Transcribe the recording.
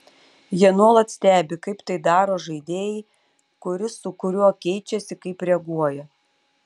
jie nuolat stebi kaip tai daro žaidėjai kuris su kuriuo keičiasi kaip reaguoja